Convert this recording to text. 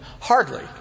Hardly